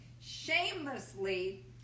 shamelessly